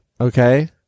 Okay